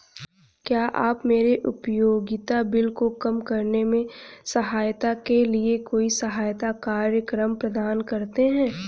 क्या आप मेरे उपयोगिता बिल को कम करने में सहायता के लिए कोई सहायता कार्यक्रम प्रदान करते हैं?